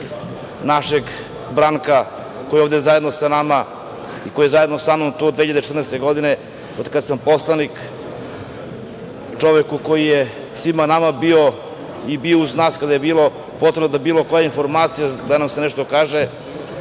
našeg Branka, koji je ovde zajedno sa nama i koji je zajedno sa mnom tu od 2014. godine, od kada sam poslanik, čoveku koji je svima nama bio i bio uz nas kada je bilo potrebno da bilo koja informacija, da nam se kaže.